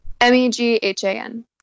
M-E-G-H-A-N